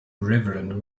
reverend